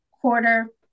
quarter